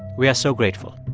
we are so grateful